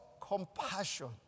compassion